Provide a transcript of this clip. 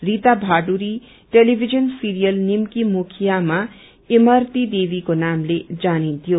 Rita Bhaduri television serial Nimki मुखियामा इमरती देवीको नामले जानिन्थ्यो